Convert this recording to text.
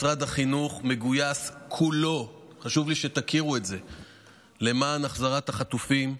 משרד החינוך מגויס כולו למען החזרת החטופים.